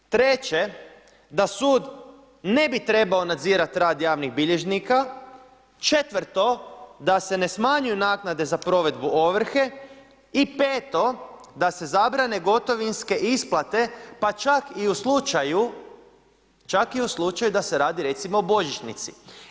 Treće, da sud ne bi trebao nadzirati rad javnih bilježnika, četvrto, da se ne smanjuju naknade za provedbu ovrhe, i peto, da se zabrane gotovinske isplate, pa čak i u slučaju, čak i u slučaju, da se radi, recimo o božićnici.